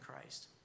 Christ